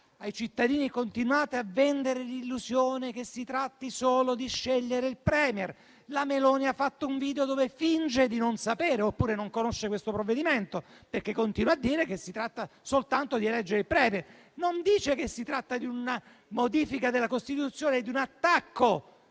ai cittadini e continuate a vendere l'illusione che si tratti solo di scegliere il *Premier*. La presidente Meloni ha fatto un video dove finge di non sapere oppure non conosce questo provvedimento, perché continua a dire che si tratta soltanto di eleggere il *Premier*, non dice che si tratta di una modifica della Costituzione, di un attacco